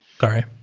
sorry